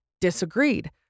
disagreed